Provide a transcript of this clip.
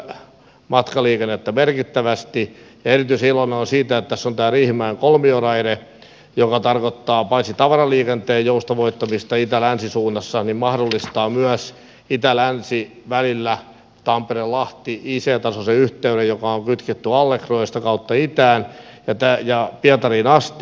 ja erityisen iloinen olen siitä että tässä on tämä riihimäen kolmioraide joka paitsi tarkoittaa tavaraliikenteen joustavoittamista itälänsi suunnassa myös mahdollistaa välillä tamperelahti ic tasoisen yhteyden joka on kytketty allegroon ja sitä kautta itään ja pietariin asti